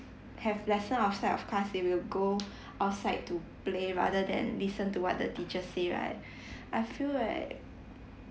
have lesson outside of class it will go outside to play rather than listen to what the teacher say right I feel like